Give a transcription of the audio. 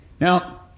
Now